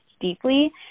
deeply